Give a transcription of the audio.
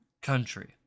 country